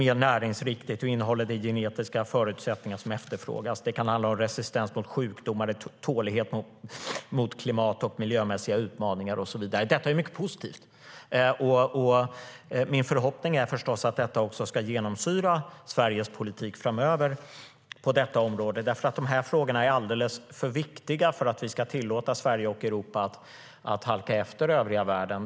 Det kan handla om att det är mer näringsrikt och innehåller de genetiska förutsättningar som efterfrågas. Det kan handla om resistens mot sjukdomar, tålighet mot klimat och miljömässiga utmaningar och så vidare. Detta är mycket positivt, och min förhoppning är förstås att det också ska genomsyra Sveriges politik framöver på området. Frågorna är alldeles för viktiga för att vi ska tillåta Sverige och Europa att halka efter övriga världen.